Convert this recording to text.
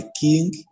king